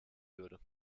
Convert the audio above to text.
würde